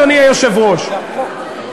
אדוני היושב-ראש,